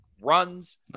runs